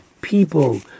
people